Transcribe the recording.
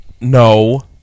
No